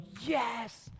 yes